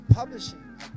Publishing